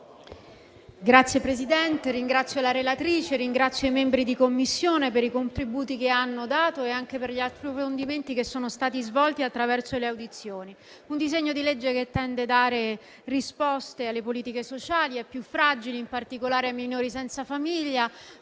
Signora Presidente, ringrazio la relatrice e i membri di Commissione per i contributi che hanno dato e anche per gli altri approfondimenti che sono stati svolti attraverso le audizioni. È un disegno di legge che tende a dare risposte alle politiche sociali, ai più fragili, in particolare ai minori senza famiglia,